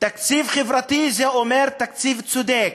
תקציב חברתי זה אומר תקציב צודק,